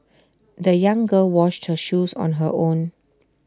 the young girl washed her shoes on her own